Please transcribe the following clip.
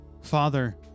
Father